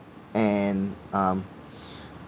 and um